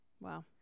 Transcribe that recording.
Wow